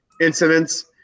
incidents